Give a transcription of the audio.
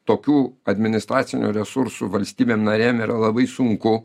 tokių administracinių resursų valstybėm narėm yra labai sunku